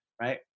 right